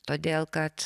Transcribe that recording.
todėl kad